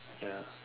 ya